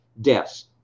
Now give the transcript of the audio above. deaths